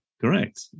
Correct